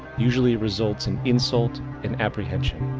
usually results in insult and apprehension.